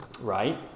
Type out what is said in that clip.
Right